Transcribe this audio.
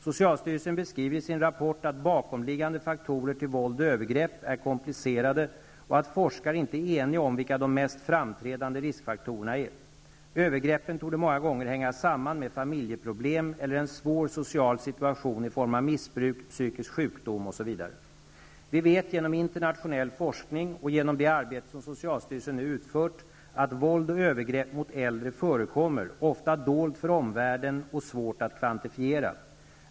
Socialstyrelsen beskriver i sin rapport att bakomliggande faktorer till våld och övergrepp är komplicerade och att forskare inte är eniga om vilka de mest framträdande riskfaktorerna är. Övergreppen torde många gånger hänga samman med familjeproblem eller en svår social situation i form av missbruk, psykisk sjukdom, osv. Vi vet genom internationell forskning och genom det arbete som socialstyrelsen nu utfört att våld och övergrepp mot äldre förekommer, ofta dolt för omvärlden och svårt att kvantifiera.